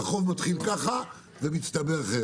מתחיל ככה ומצטבר.